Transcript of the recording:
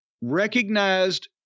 recognized